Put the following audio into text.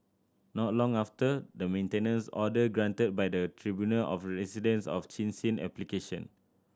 not long after the maintenance order granted by the tribunal of rescinded of Chin Sin application